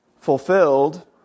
fulfilled